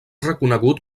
reconegut